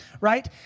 right